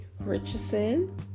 Richardson